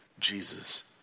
Jesus